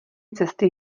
cesty